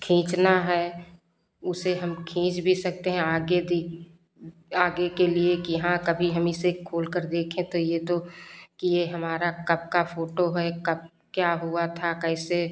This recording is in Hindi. खींचना है उसे हम खींच भी सकते हैं आगे आगे के लिए कि हाँ कभी हम इसे खोलकर देखें तो यह तो कि हमारा कब का फोटो है कब क्या हुआ था कैसे